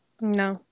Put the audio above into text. No